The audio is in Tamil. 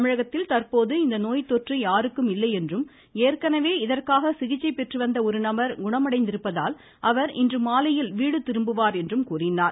தமிழகத்தில் தற்போது இந்நோய் தொற்று யாருக்கும் இல்லையென்றும் ஏற்கனவே இதற்காக சிகிச்சை பெற்றுவந்த ஒரு நபர் குணமடைந்திருப்பதால் அவர் இன்றுமாலையில் வீடு திரும்புவார் என்றும் கூறினார்